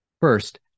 First